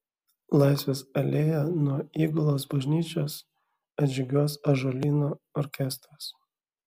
laisvės alėja nuo įgulos bažnyčios atžygiuos ąžuolyno orkestras